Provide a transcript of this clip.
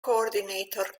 coordinator